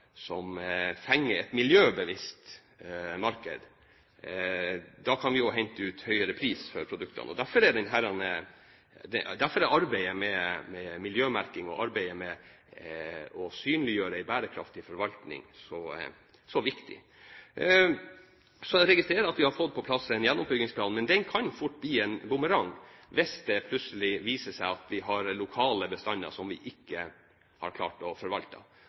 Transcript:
som fenger et miljøbevisst marked, jo høyere pris kan vi hente ut for produktene. Derfor er arbeidet med miljømerking og arbeidet med å synliggjøre en bærekraftig forvaltning så viktig. Jeg registrerer at vi har fått på plass en gjenoppbyggingsplan, men den kan fort bli en bumerang hvis det plutselig viser seg at vi har lokale bestander som vi ikke har klart å forvalte.